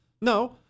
No